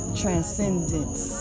transcendence